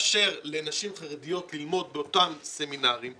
לאשר לנשים חרדיות ללמוד באותם סמינרים,